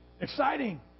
exciting